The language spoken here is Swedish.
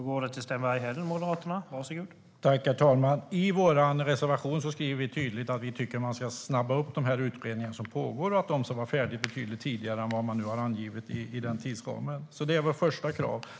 Herr talman! I vår reservation skriver vi tydligt att vi tycker att man ska snabba upp de utredningar som pågår och att de ska vara färdiga betydligt tidigare än vad man nu har angivit i tidsramen. Det är vårt första krav.